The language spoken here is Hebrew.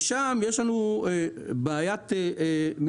שם יש לנו בעיית מימון.